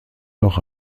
noch